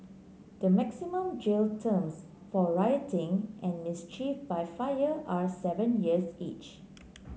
the maximum jail terms for rioting and mischief by fire are seven years each